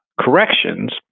corrections